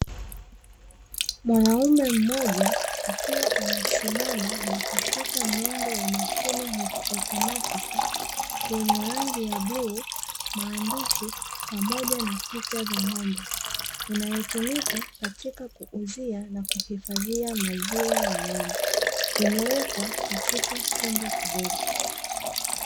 Mwanaume mmoja akiwa amesimama na kushika mlango wa mashine ya kiautomatiki yenye rangi ya bluu, maandishi pamoja na picha za ng’ombe inayotumika katika kuuzia na kuhifadhia maziwa ya ng’ombe imewekwa katika chumba kidogo.